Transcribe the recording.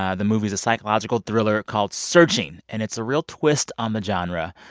ah the movie's a psychological thriller called searching, and it's a real twist on the genre.